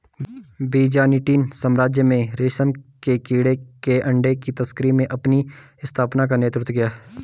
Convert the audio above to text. Byzantine साम्राज्य में रेशम के कीड़े के अंडे की तस्करी ने अपनी स्थापना का नेतृत्व किया